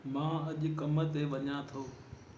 मां अॼु कमु ते वञा थो